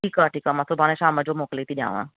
ठीकु आहे ठीकु आहे मां सुभाणे शामु जो मोकिले थी ॾियांव